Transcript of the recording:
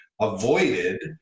avoided